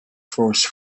first